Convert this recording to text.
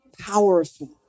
powerful